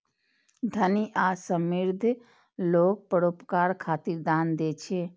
धनी आ समृद्ध लोग परोपकार खातिर दान दै छै